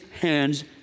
hands